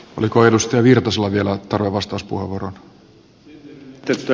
oliko edustaja virtasella vielä tarve vastauspuheenvuoroon